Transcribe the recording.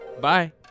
bye